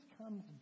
comes